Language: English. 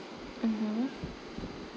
mmhmm